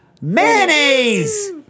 mayonnaise